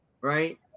right